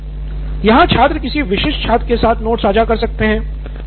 Shyam Paul M यहाँ छात्र किसी विशिष्ट छात्र के साथ नोट्स साझा कर सकते हैं